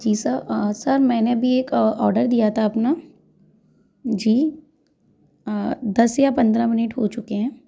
जी sir अ sir मैंने अभी एक अ ऑर्डर दिया था अपना जी अ दस या पंद्रह मिनट हो चुके हैं